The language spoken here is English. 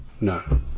No